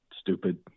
stupid